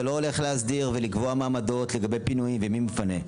זה לא הולך להסדיר ולקבוע מעמדות לגבי פינויים ומי מפנה.